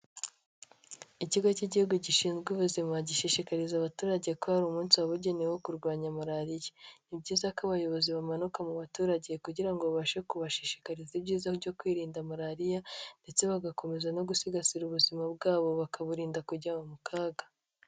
Ikigo cy'Igihugu gishinzwe ubuzima gishishikariza abaturage ko hari umunsi wababugenewe wo kurwanya Malariya, ni byiza ko abayobozi bamanuka mu baturage kugira ngo babashe kubashishikariza ibyiza byo kwirinda Malariya ndetse bagakomeza no gusigasira ubuzima bwabo bakaburinda kujya mu kaga.